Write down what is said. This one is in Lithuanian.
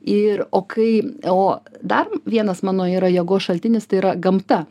ir o kai o dar vienas mano yra jėgos šaltinis tai yra gamta